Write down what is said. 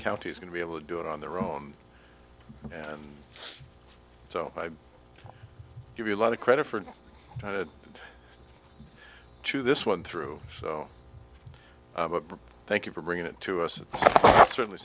county is going to be able to do it on their own and so i give you a lot of credit for trying to this one through so thank you for bringing it to us is certainly